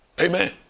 Amen